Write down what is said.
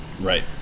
Right